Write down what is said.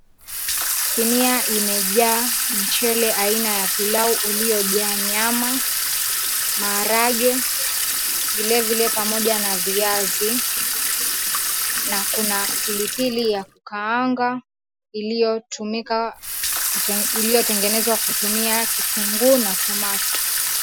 Sinia imejaa mchele aina ya pilau uliojaa nyama, maharagwe, vile vile pamoja na viazi. Na kuna pilipili ya kukaanga iliyotumika iliyotengenezwa kutumia kitunguu na tomato .